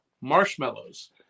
marshmallows